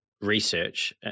research